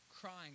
crying